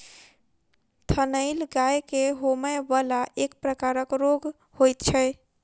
थनैल गाय के होमय बला एक प्रकारक रोग होइत छै